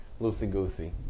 loosey-goosey